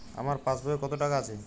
আমার পাসবই এ কত টাকা আছে?